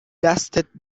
دستت